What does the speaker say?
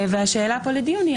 והשאלה פה לדיון,